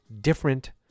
different